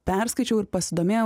perskaičiau ir pasidomėjau